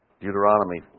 Deuteronomy